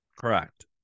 Correct